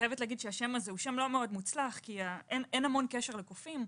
השם הזה הוא לא מאוד מוצלח כי אין המון קשר לקופים.